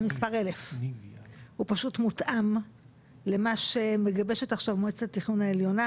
המספר 1,000 הוא מותאם למה שמגבשת עכשיו מועצת התכנון העליונה